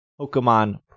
Pokemon